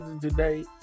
today